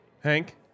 Hank